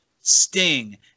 Sting